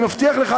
אני מבטיח לך,